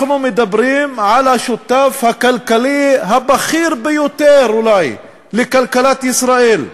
אנחנו מדברים על השותף הכלכלי הבכיר ביותר אולי לכלכלת ישראל.